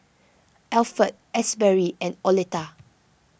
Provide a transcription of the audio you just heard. Alpha Asberry and Oleta